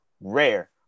rare